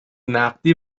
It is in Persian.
نقدی